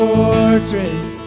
Fortress